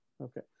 okay